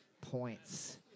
points